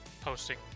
posting